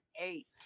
eight